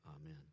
Amen